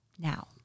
Now